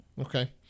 Okay